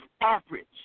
average